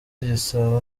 igisabo